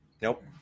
Nope